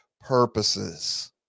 purposes